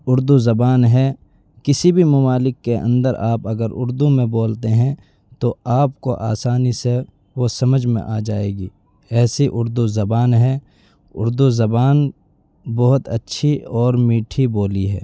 اردو زبان ہے کسی بھی ممالک کے اندر آپ اگر اردو میں بولتے ہیں تو آپ کو آسانی سے وہ سمجھ میں آ جائے گی ایسی اردو زبان ہے اردو زبان بہت اچھی اور میٹھی بولی ہے